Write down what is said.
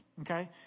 Okay